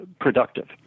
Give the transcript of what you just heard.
productive